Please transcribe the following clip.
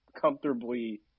comfortably –